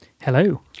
Hello